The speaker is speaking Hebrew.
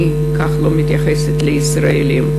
אני לא מתייחסת כך לישראלים.